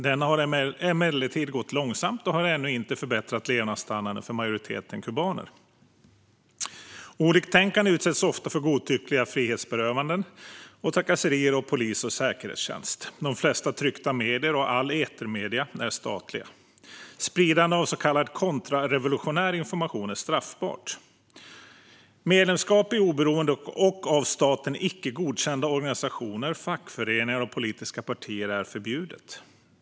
Denna har emellertid gått långsamt och har ännu inte förbättrat levnadsstandarden för majoriteten kubaner. Oliktänkande utsätts ofta för godtyckliga frihetsberövanden och trakasserier av polis och säkerhetstjänst. De flesta tryckta medier och alla etermedier är statliga. Spridandet av så kallad kontrarevolutionär information är straffbart. Medlemskap i oberoende och av staten icke godkända organisationer, fackföreningar och politiska partier är förbjudet.